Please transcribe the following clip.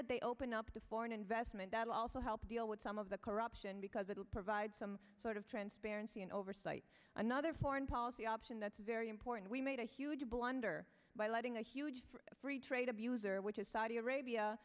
that they open up to foreign investment that will also help deal with some of the corruption because it will provide some sort of transparency and oversight another foreign policy option that's very important we made a huge blunder by letting a huge free trade abuser which is saudi arabia